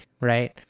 right